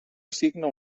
assigna